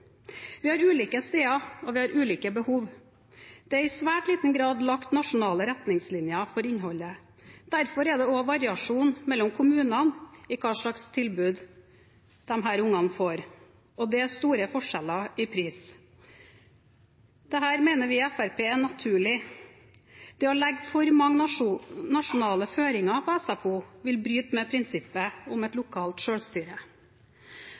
Vi har ulike steder og ulike behov. Det er i svært liten grad lagt nasjonale retningslinjer for innholdet. Derfor er det også variasjon mellom kommunene i hvilket tilbud elevene får, og det er store forskjeller i pris. Det mener vi i Fremskrittspartiet er naturlig. Å legge for mange nasjonale føringer på SFO vil bryte med prinsippet om